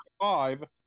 Five